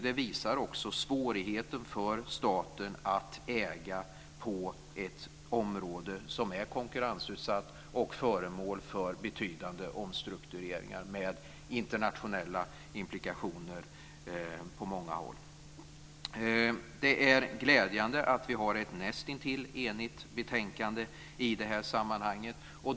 Det visar också svårigheten för staten att äga på ett område som är konkurrensutsatt och föremål för betydande omstruktureringar med internationella implikationer på många håll. Det är glädjande att vi är näst intill eniga i betänkandet i det här sammanhanget.